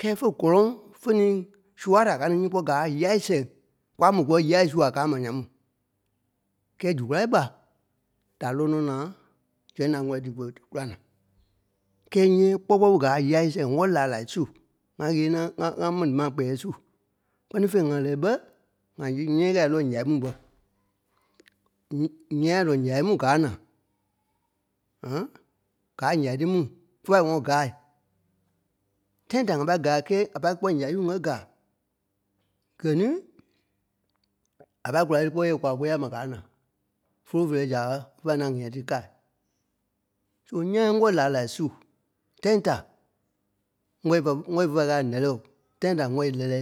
Kɛ́ɛ fé gɔ́lɔŋ fé niîi sua da káa ní nyíi kpɔ́ gáa a yâi sɛŋ kwa mò kûɛ yâi sua káa mà ǹya mu. Kɛ́ɛ zu kulâi ɓa da lɔ nɔ́ ǹaai zɛŋ da ŋ̀wɛ̂lii dí gbele dí kúla na. Kɛ́ɛ nyɛ̃́ɛ kpɔ́ kpɔ ɓé gáa a yâi sɛŋ ŋá laa lai su ŋá ɣéniɛ ŋá- ŋá- ŋá mɛni maa kpɛɛi su. Kpɛ́ni fêi, ŋa lɛɛ ɓɛ́, ŋa nyɛ̃́ɛ kâa é lɔ ǹyai mu ɓɛ́ ǹyɛ̃ɛi a lɔ̀ ǹyái mu gáa ǹa. gáa ǹyai tí mu fé pâi ŋɔ́nɔ gáai, tãi da ŋa pâi gáai kɛ́ɛ a pâi kɛ̂i kpɔ́ ǹyai su ŋ́gɛ gàa. Gɛ̀ ní a pâi kulâi é lí kpɔ́ yɛ̂ kwaa kôyaa ma gáa na fólo feerɛ zaaɓai fé pâi na ǹyɛ̃ɛi tí káai. So ńyaŋ ŋ́gɔi laa lai su tãi da ŋwɔ̂i fa- ŋwɔ̂i fé pâi kɛ̂i a nɛ́lɛo, tãi da ŋwɔ̂i lélɛɛ.